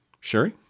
Sherry